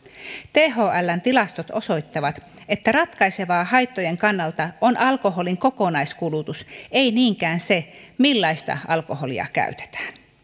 thln tilastot osoittavat että ratkaisevaa haittojen kannalta on alkoholin kokonaiskulutus ei niinkään se millaista alkoholia käytetään